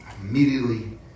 Immediately